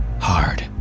hard